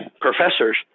professors